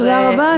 תודה רבה.